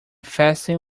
faster